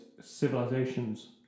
civilizations